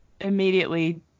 immediately